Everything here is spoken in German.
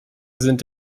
sind